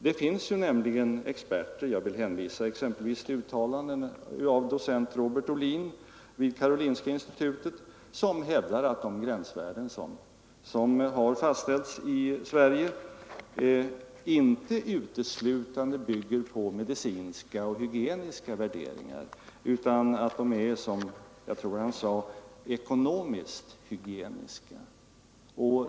Det finns experter — jag vill hänvisa exempelvis till uttalanden av docent Robert Olin vid karolinska institutet — som hävdar att de gränsvärden som har fastställts i Sverige inte uteslutande bygger på medicinska och hygieniska värderingar utan att de är ”ekonomiskt hygieniska”, som jag tror att han uttryckte det.